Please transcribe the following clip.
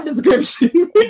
description